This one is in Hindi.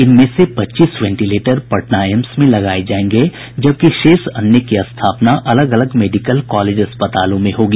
इनमें से पच्चीस वेंटिलेटर पटना एम्स में लगाये जायेंगे जबकि शेष अन्य की स्थापना अलग अलग मेडिकल कॉलेज अस्पतालों में होगी